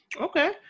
Okay